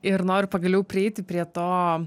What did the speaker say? ir noriu pagaliau prieiti prie to